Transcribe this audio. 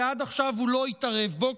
כי עד עכשיו הוא לא התערב בו,